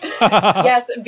Yes